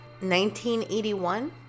1981